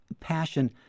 passion